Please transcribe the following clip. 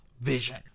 vision